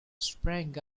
sprang